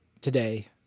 today